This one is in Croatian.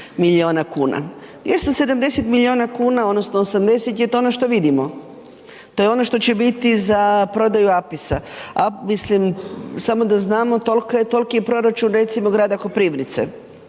270 milijuna kuna odnosno je 80 to je ono što vidimo, to je ono što će biti za prodaju APIS-a. Samo da znamo toliki je proračun recimo grada Koprivnice,